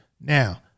Now